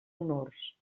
honors